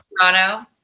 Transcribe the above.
Toronto